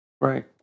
Right